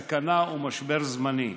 סכנה ומשבר זמני.